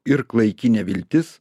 ir klaiki neviltis